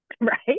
Right